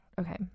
Okay